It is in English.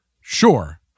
sure